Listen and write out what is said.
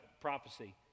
prophecy